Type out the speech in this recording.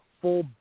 full